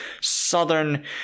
Southern